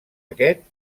aquest